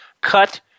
cut